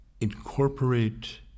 incorporate